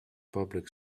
public